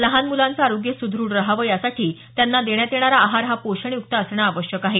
लहान मुलांचं आरोग्य सुद्रढ रहावं यासाठी त्यांना देण्यात येणारा आहार हा पोषण युक्त असणं आवश्यक आहे